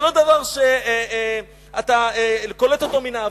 זה לא דבר שאתה קולט אותו מן האוויר.